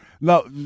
No